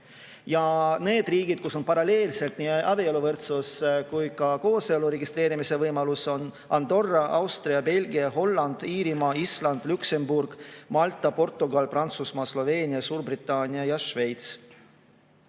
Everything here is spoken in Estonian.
Ja need riigid, kus on paralleelselt nii abieluvõrdsus kui ka kooselu registreerimise võimalus, on [Euroopas] Andorra, Austria, Belgia, Holland, Iirimaa, Island, Luksemburg, Malta, Portugal, Prantsusmaa, Sloveenia, Suurbritannia ja Šveits.